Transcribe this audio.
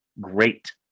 great